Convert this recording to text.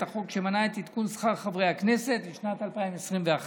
החוק שמנע את עדכון שכר חברי הכנסת לשנת 2021,